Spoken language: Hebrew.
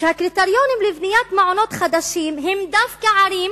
שהקריטריונים לבניית מעונות חדשים הם דווקא ערים